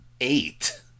eight